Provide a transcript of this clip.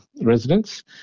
residents